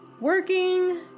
working